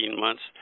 months